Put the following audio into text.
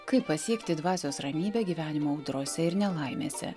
kaip pasiekti dvasios ramybę gyvenimo audrose ir nelaimėse